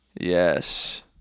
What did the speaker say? Yes